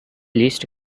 least